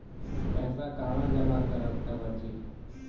पैसा कहवा जमा करब त बची?